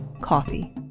coffee